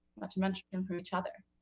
not to mention and from each other.